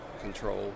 control